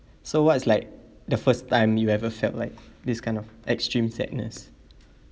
so what is like the first time you ever felt like this kind of extreme sadness